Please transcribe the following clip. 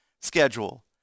schedule